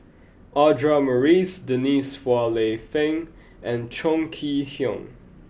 Audra Morrice Denise Phua Lay Peng and Chong Kee Hiong